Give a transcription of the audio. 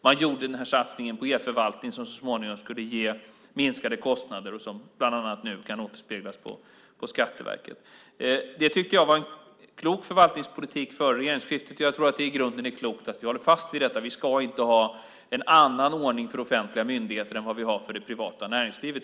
Man gjorde satsningen på e-förvaltningen som så småningom skulle ge minskade kostnader och som bland annat nu kan återspeglas i Skatteverket. Jag tyckte att det var en klok förvaltningspolitik före regeringsskiftet. Jag tror att det i grunden är klokt att vi håller fast vid detta. Vi ska inte ha en annan ordning för offentliga myndigheter än vad vi har för det privata näringslivet.